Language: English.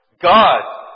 God